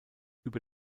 über